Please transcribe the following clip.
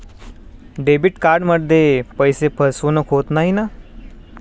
Debit कार्डमध्ये पैसे फसवणूक होत नाही ना?